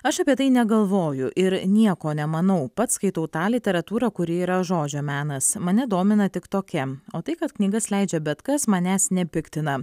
aš apie tai negalvoju ir nieko nemanau pats skaitau tą literatūrą kuri yra žodžio menas mane domina tik tokia o tai kad knygas leidžia bet kas manęs nepiktina